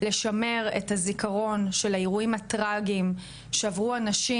לשמר את הזיכרון של האירועים הטרגיים שעברו אנשים